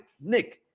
Nick